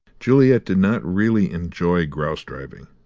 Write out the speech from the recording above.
juliet did not really enjoy grouse-driving,